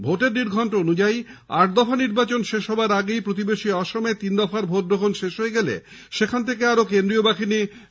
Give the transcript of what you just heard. ভোটের নির্ঘন্ট অনুযায়ী আট দফা নির্বাচন শেষ হওয়ার আগেই প্রতিবেশি আসামে তিন দফার ভোট গ্রহন শেষ হয়ে গেলে সেখান থেকে আরও কেন্দ্রীয় বাহিনী রাজ্যে আনা হবে